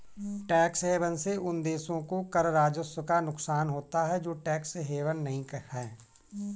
tax haven से उन देशों को कर राजस्व का नुकसान होता है जो टैक्स हेवन नहीं हैं